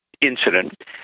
incident